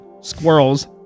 Squirrels